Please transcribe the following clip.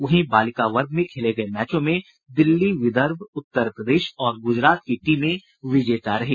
वहीं बालिका वर्ग में खेले गये मैचों में दिल्ली विदर्भ उत्तर प्रदेश और गुजरात की टीमें विजेता रही